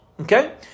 Okay